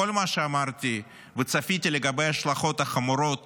כל מה שאמרתי וצפיתי לגבי ההשלכות החמורות